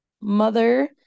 mother